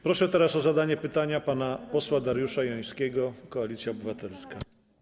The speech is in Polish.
Proszę teraz o zadanie pytania pana posła Dariusza Jońskiego, Koalicja Obywatelska.